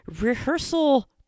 rehearsal